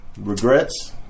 Regrets